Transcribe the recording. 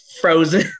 frozen